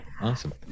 Awesome